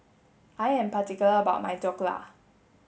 I am particular about my Dhokla